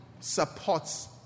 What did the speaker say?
supports